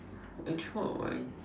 actually